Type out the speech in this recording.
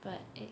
but eh